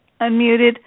unmuted